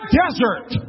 desert